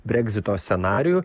breksito scenarijų